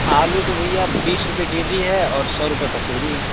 आलू तो भैया बीस रुपये के जी है और सौ रुपये पसेरी हैं